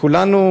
כולנו,